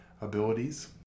abilities